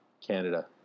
Canada